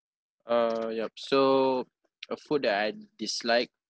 uh yup so a food that I dislike